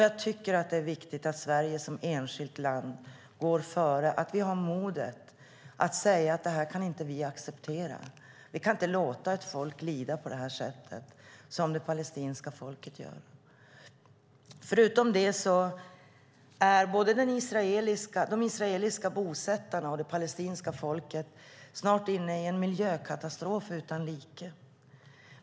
Jag tycker att det är viktigt att Sverige som enskilt land går före, att vi har modet att säga: Det här kan vi inte acceptera. Vi kan inte låta ett folk lida på det sätt som det palestinska folket gör. Förutom detta är både de israeliska bosättarna och det palestinska folket snart inne i en miljökatastrof utan like.